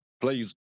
please